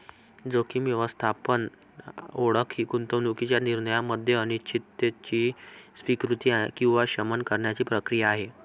जोखीम व्यवस्थापन ओळख ही गुंतवणूकीच्या निर्णयामध्ये अनिश्चिततेची स्वीकृती किंवा शमन करण्याची प्रक्रिया आहे